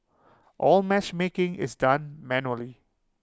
all matchmaking is done manually